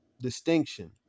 distinction